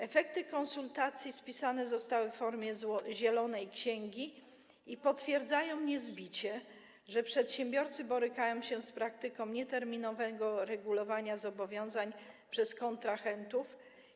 Efekty konsultacji spisane zostały w formie zielonej księgi i potwierdzają niezbicie, że przedsiębiorcy borykają się z praktyką nieterminowego regulowania zobowiązań przez kontrahentów.